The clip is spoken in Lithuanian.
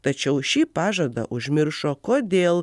tačiau šį pažadą užmiršo kodėl